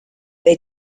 they